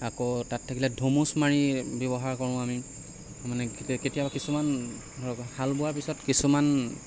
আকৌ তাত থাকিলে ধুমুচ মাৰি ব্যৱহাৰ কৰোঁ আমি মানে কেতিয়াবা কিছুমান ধৰক হাল বোৱাৰ পিছত কিছুমান